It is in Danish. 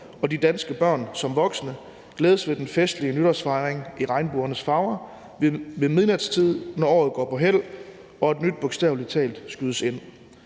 og danske børn såvel som voksne glædes ved den festlige nytårsfejring i regnbuens farver ved midnatstid, når året går på hæld og et nyt bogstavelig talt skydes ind.